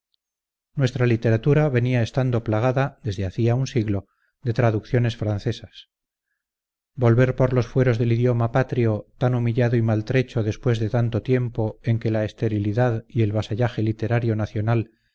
nuestra literatura venía estando plagada desde hacia un siglo de traducciones francesas volver por los fueros del idioma patrio tan humillado y maltrecho después de tanto tiempo en que la esterilidad y el vasallaje literario nacional